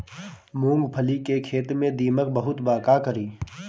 मूंगफली के खेत में दीमक बहुत बा का करी?